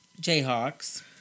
Jayhawks